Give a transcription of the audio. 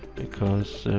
because